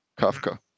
Kafka